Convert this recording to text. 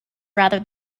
rather